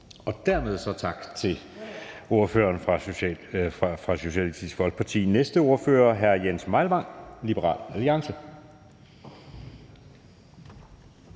Dermed tak til ordføreren for Socialistisk Folkeparti. Næste ordfører er hr. Jens Meilvang, Liberal Alliance.